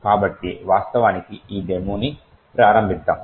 కాబట్టి వాస్తవానికి ఈ డెమోని ప్రారంభిద్దాం